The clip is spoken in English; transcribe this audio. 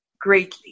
greatly